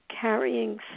carrying